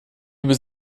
was